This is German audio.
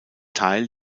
teil